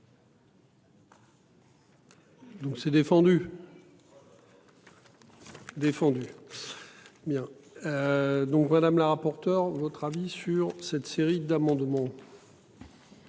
Donc c'est défendu. Défendu. Bien. Donc madame la rapporteure notre avis sur cette série d'amendements.